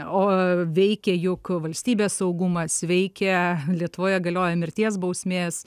o veikia juk valstybės saugumas veikia lietuvoje galioja mirties bausmės